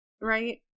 Right